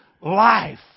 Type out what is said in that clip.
life